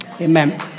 Amen